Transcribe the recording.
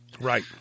Right